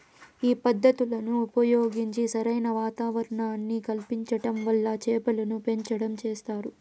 ఈ పద్ధతులను ఉపయోగించి సరైన వాతావరణాన్ని కల్పించటం వల్ల చేపలను పెంచటం చేస్తారు